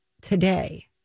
today